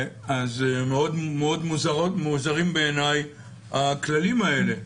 אז מאוד מוזרים בעיניי הכללים האלה.